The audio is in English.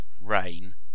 rain